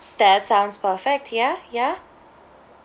that sounds perfect ya ya